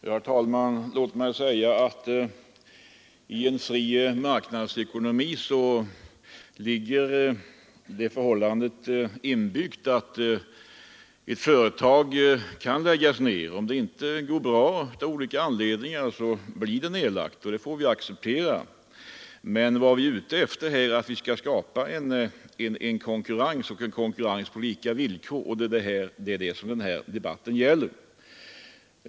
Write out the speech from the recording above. Herr talman! Låt mig inledningsvis slå fast att i en fri marknadsekonomi ligger inbyggt att ett företag kan läggas ner. Om det av olika anledningar inte går ekonomiskt bra så blir nedläggning följden, och det får vi acceptera. Men vad vi är ute efter är att skapa en konkurrens på lika villkor. Det är vad den här debatten gäller.